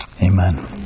Amen